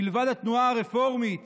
מלבד התנועה הרפורמית